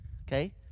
Okay